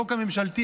החוק הממשלתי,